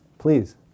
Please